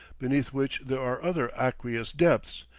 beneath which there are other aqueous depths,